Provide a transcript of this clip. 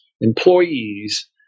employees